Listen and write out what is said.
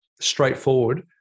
straightforward